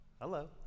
Hello